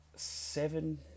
seven